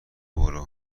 برو